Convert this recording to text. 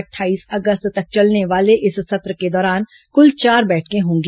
अट्ठाईस अगस्त तक चलने वाले इस सत्र के दौरान कुल चार बैठकें होंगी